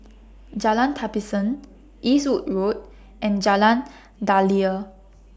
Jalan Tapisan Eastwood Road and Jalan Daliah